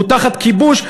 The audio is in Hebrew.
הוא תחת כיבוש,